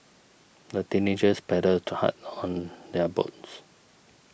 the teenagers paddled hard on their boats